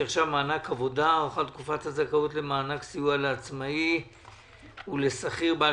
(מענק עבודה) (הארכת תקופת הזכאות למענק סיוע לעצמאי ולשכיר בעל